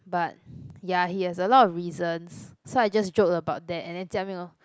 but ya he has a lot of reasons so I just joke about that and then Jia-Ming w~